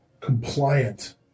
compliant